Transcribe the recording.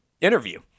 interview